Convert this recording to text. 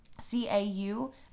c-a-u